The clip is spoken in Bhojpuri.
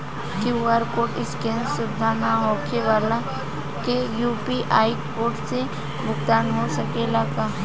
क्यू.आर कोड स्केन सुविधा ना होखे वाला के यू.पी.आई कोड से भुगतान हो सकेला का?